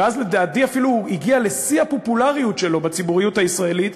ולדעתי אז הוא הגיע לשיא הפופולריות שלו בציבוריות הישראלית,